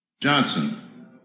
Johnson